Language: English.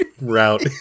route